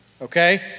Okay